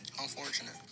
Unfortunate